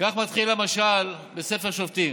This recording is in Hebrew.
כך מתחיל המשל בספר שופטים: